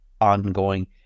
ongoing